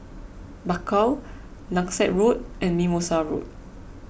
Bakau Langsat Road and Mimosa Road